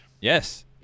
Yes